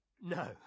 No